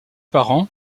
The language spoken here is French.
parents